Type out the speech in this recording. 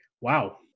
wow